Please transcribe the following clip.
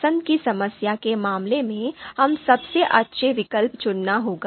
पसंद की समस्या के मामले में हमें सबसे अच्छा विकल्प चुनना होगा